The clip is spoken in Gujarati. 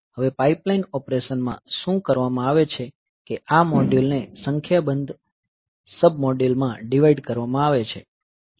હવે પાઇપલાઇન ઓપરેશનમાં શું કરવામાં આવે છે કે આ મોડ્યુલ ને સંખ્યાબંધ સબ મોડ્યુલમાં ડિવાઈડ કરવામાં આવે છે